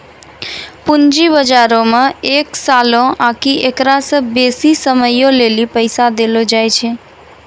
पूंजी बजारो मे एक सालो आकि एकरा से बेसी समयो लेली पैसा देलो जाय छै